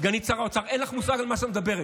סגנית שר האוצר, אין לך מושג על מה את מדברת.